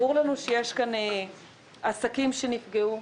ברור לנו שיש כאן עסקים שנפגעו,